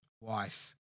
wife